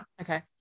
Okay